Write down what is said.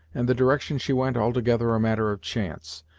and the direction she went altogether a matter of chance,